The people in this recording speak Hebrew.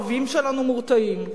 האויבים שלנו מורתעים.